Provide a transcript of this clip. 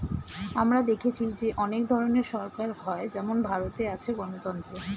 আমরা দেখেছি যে অনেক ধরনের সরকার হয় যেমন ভারতে আছে গণতন্ত্র